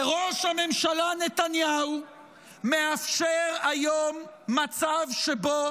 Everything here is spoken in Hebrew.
וראש הממשלה נתניהו מאפשר היום מצב שבו